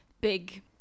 big